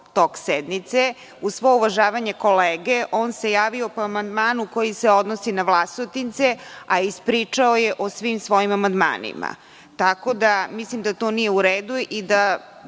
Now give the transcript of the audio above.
tok sednice. Uz svo uvažavanje kolege, on se javio po amandmanu koji se odnosi na Vlasotince, a ispričao je o svim svojim amandmanima. Mislim da to nije u redu i da